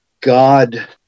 God